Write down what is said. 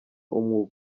umwuga